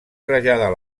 traslladar